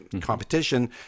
competition